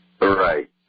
Right